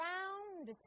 Round